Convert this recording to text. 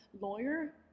lawyer